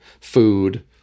food